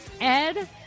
Ed